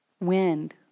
Wind